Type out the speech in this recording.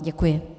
Děkuji.